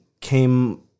came